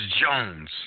Jones